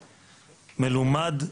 מלומד,